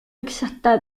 exacta